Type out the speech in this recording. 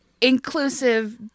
Inclusive